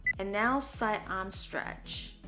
and now side arm stretch